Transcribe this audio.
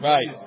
Right